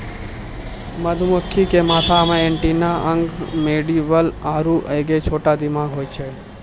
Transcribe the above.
मधुमक्खी के माथा मे एंटीना अंक मैंडीबल आरु एगो छोटा दिमाग होय छै